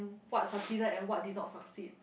what succeeded and what did not succeed